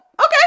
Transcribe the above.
okay